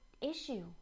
issue